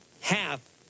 half